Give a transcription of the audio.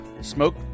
Smoke